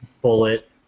bullet